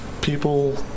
people